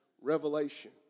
revelation